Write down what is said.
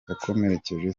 yakomerekeje